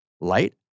light